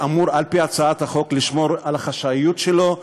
שאמור על פי הצעת החוק לשמור על החשאיות שלו?